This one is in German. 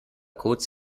kurz